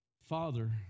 Father